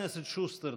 חבר הכנסת שוסטר,